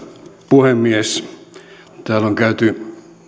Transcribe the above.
puhemies täällä on käyty